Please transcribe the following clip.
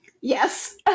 yes